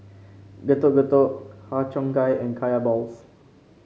Getuk Getuk Har Cheong Gai and Kaya Balls